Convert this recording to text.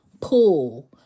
pull